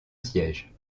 siège